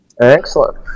excellent